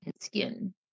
skin